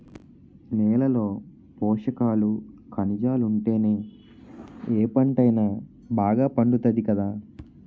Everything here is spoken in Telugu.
నేలలో పోసకాలు, కనిజాలుంటేనే ఏ పంటైనా బాగా పండుతాది కదా